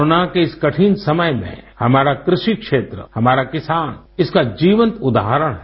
corona के इस कठिन समय में हमारा कृषि क्षेत्र हमारा किसान इसका जीवंत उदाहरण हैं